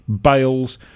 Bales